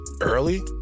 early